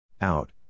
Out